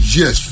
yes